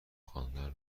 خواندن